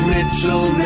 Mitchell